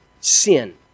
sin